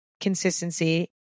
consistency